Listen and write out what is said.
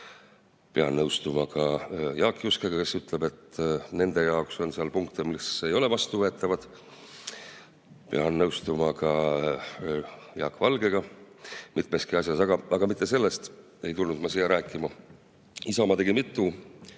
Pean nõustuma ka Jaak Juskega, kes ütleb, et nende jaoks on seal punkte, mis ei ole vastuvõetavad. Pean nõustuma ka Jaak Valgega mitmeski asjas. Aga mitte sellest ei tulnud ma siia rääkima. Isamaa tegi kaks